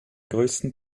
größten